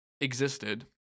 existed